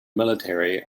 military